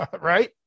right